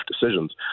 decisions